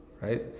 right